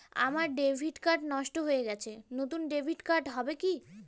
আমার debit card নষ্ট হয়ে গেছে নূতন ডেবিট কার্ড হবে কি?